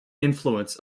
influence